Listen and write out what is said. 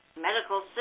medical